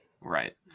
Right